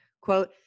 quote